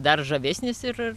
dar žavesnis ir